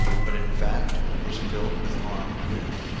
but in fact was filled with armed men.